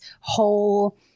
whole